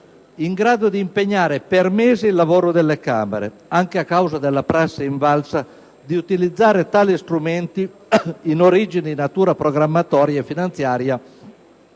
tale da impegnare per mesi il lavoro delle Camere, anche a causa della prassi invalsa di utilizzare tali strumenti, in origine di natura programmatoria e finanziaria,